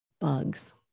bugs